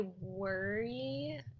worry